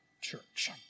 Church